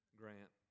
grant